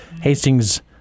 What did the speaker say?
Hastings